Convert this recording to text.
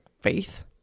faith